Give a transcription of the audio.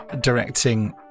directing